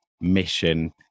mission